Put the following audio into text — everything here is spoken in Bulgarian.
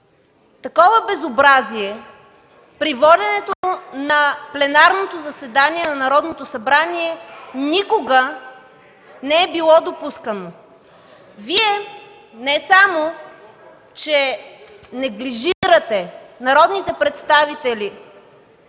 такова безобразие при воденето на пленарното заседание на Народното събрание никога не е било допускано. Вие не само че неглижирате народните представители